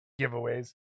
giveaways